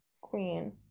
Queen